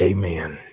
Amen